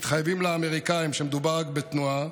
מתחייבים לאמריקאים שמדובר רק בתנועה,